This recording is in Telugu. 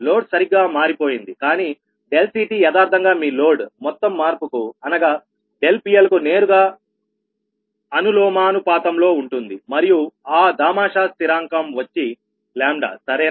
లోడ్ సరిగ్గా మారిపోయిందికానీ CTయదార్ధంగా మీ లోడ్ మొత్తం మార్పుకు అనగా PL కు నేరుగా అనులోమానుపాతంలో ఉంటుంది మరియు ఆ దామాషా స్థిరాంకం వచ్చి సరేనా